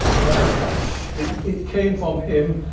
that is a fact. it it came from him,